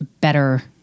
better